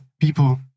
people